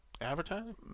Advertising